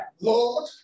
Lord